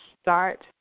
start